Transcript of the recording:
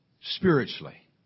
spiritually